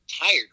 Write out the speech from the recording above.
tired